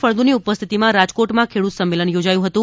ફળદુની ઉપસ્થિતિમાં રાજકોટમાં ખેડૂત સંમેલન યોજાયુ હતુ